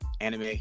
anime